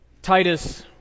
Titus